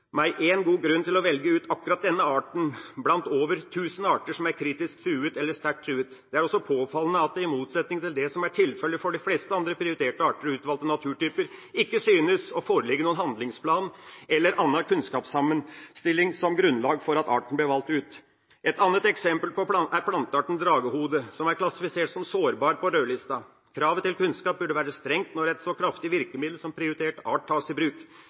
meg én god grunn for å velge ut akkurat denne arten blant over 1 000 arter som er kritisk truet eller sterkt truet. Det er også påfallende at det, i motsetning til det som er tilfellet for de fleste andre prioriterte arter og utvalgte naturtyper, ikke synes å foreligge noen handlingsplan eller annen kunnskapssammenstilling som grunnlag for at arten ble valgt ut. Et annet eksempel er plantearten dragehode, som er klassifisert som sårbar på rødlista. Kravet til kunnskap burde være strengt når et så kraftig virkemiddel som «prioritert art» tas i bruk.